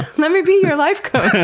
let me be your life coach.